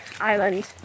island